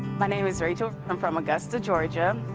my name is rachel. i'm from augusta, georgia.